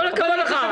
כל הכבוד לך.